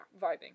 vibing